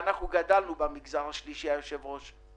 אתמול הייתה ישיבת התנעה ראשונה של הקרן הזאת.